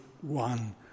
one